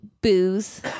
Booze